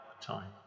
time